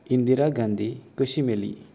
इंदिरा गांधी कशी मेली